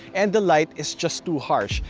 and the light is just too harsh,